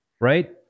right